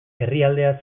herrialdea